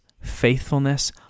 faithfulness